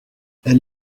elle